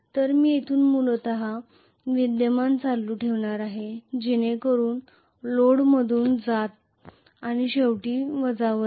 तर मी येथून मूलत विद्यमान करंट ठेवणार आहे जेणेकरून लोडमधून जात आणि शेवटी वजावर जा